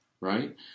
right